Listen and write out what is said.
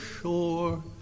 shore